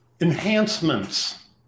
enhancements